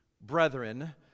brethren